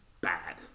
bad